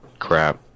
crap